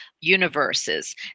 universes